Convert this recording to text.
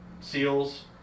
SEALS